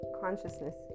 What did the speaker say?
consciousness